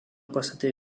pastate